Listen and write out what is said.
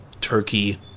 turkey